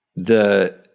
the,